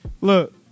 Look